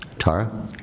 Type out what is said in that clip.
Tara